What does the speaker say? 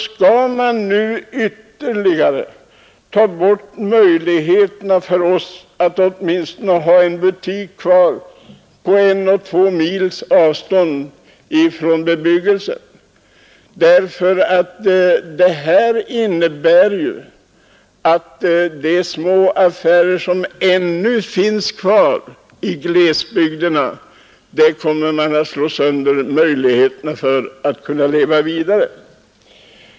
Skall man nu ytterligare ta bort möjligheterna för oss att åtminstone ha en butik kvar på en eller två mils avstånd från bebyggelsen? Detta innebär ju att man kommer att slå sönder möjligheterna att leva vidare för de små affärer som ännu finns kvar i glesbygderna.